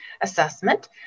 assessment